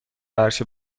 عرشه